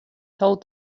told